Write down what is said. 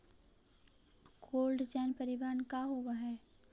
Cold chain परिवहन का होव हइ?